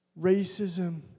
racism